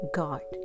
god